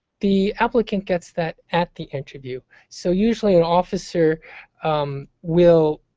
the applicant gets that at the interview. so usually an officer will